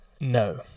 No